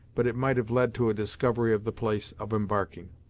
but it might have led to a discovery of the place of embarking.